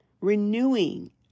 renewing